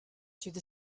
through